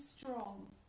strong